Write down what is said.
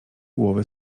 głowy